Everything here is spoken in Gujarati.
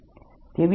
તેવી જ રીતે